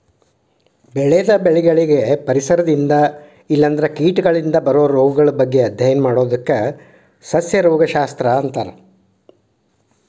ಬೆಳೆದ ಬೆಳಿಗಳಿಗೆ ಪರಿಸರದಿಂದ ಇಲ್ಲಂದ್ರ ಕೇಟಗಳಿಂದ ಬರೋ ರೋಗಗಳ ಬಗ್ಗೆ ಅಧ್ಯಯನ ಮಾಡೋದಕ್ಕ ಸಸ್ಯ ರೋಗ ಶಸ್ತ್ರ ಅಂತಾರ